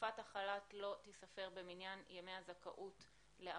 שתקופת החל"ת לא תיספר במניין ימי הזכאות לאבטלה.